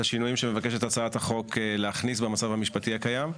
השינויים שמבקשת הצעת החוק המשפטית במצב המשפטי הקיים.